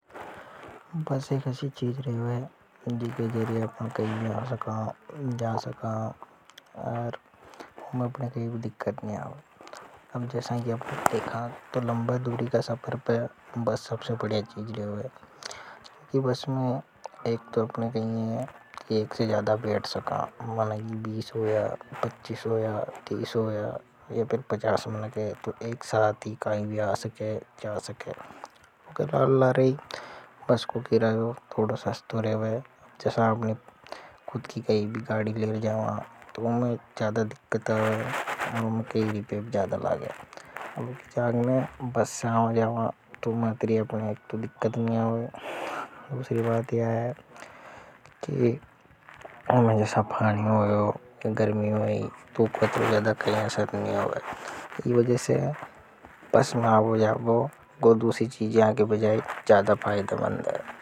बस से एक चीज रेवे जीके जरिए अपन अपना कहीं भी आ सका जा सका और अपने कहीं भी दिक्कत नहीं होती है। अब जैसा कि आप देखते हैं तो लंबा दूरी का सफर पर एक बस सबसे बढ़िया चीज रेवे होगे। बस में एक तो अपने कहीं है एक से ज्यादा बेट सका मानाई बीस हो या पच्चीस या तीस हो या या फिर पचास मिलेंगे तो एक साथ ही कहीं भी आ सके जा सके। ऊके लार लारे ही बस को किरायो थोड़ो सस्तो रवे जैसा अपने खुद की कहीं भी गाड़ी ले जाओंगा तो उमे ज्यादादिक्कत आवे। दूसरी बात या है कि अगर मैं जैसा पानी हो या गर्मी हो नहीं तूप में तो ज्यादा कहीं है सब नहीं हो गए यह वजह से बस माव जाओ गो दूसरी चीज़ियां के बजाए ज्यादा फायदा मंद है।